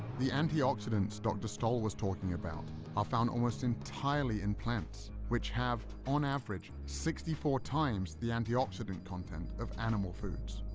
the antioxidants dr. stoll was talking about are found almost entirely in plants, which have, on average, sixty four times the antioxidant content of animal foods.